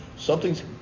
Something's